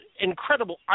incredible